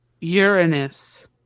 Uranus